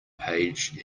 page